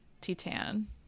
Titan